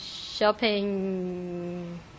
shopping